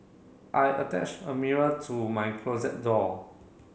I attach a mirror to my closet door